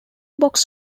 box